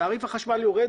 תעריף החשמל יורד,